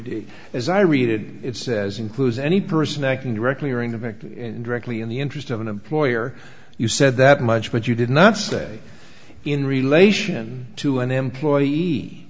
as i read it it says includes any person acting directly or indirectly directly in the interest of an employer you said that much but you did not say in relation to an employee